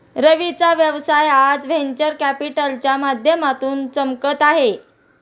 रवीचा व्यवसाय आज व्हेंचर कॅपिटलच्या माध्यमातून चमकत आहे